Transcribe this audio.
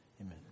amen